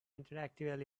interactive